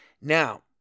Now